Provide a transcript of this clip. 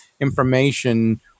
information